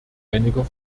einiger